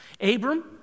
Abram